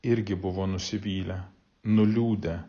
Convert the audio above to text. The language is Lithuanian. irgi buvo nusivylę nuliūdę